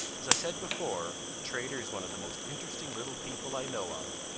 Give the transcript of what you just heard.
as i said before, trader is one of the most interesting little people i know of,